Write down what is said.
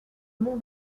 monts